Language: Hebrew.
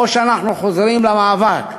או שאנחנו חוזרים למאבק.